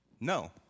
No